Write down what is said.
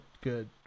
good